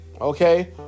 Okay